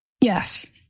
Yes